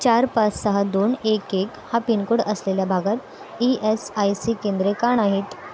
चार पाच सहा दोन एक एक हा पिनकोड असलेल्या भागात ई एस आय सी केंद्रे का नाहीत